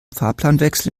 fahrplanwechsel